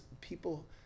people